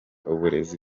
uburezi